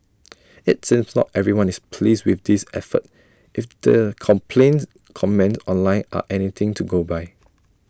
IT seems not everyone is pleased with this effort if the complaints comments online are anything to go by